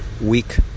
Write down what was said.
weak